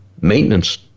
maintenance